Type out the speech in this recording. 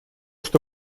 что